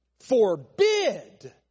forbid